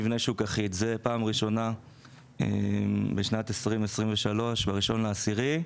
אחיד, זאת פעם ראשונה בשנת 2023 ב-1 באוקטובר.